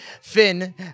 Finn